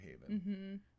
haven